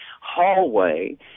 hallway